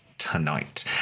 tonight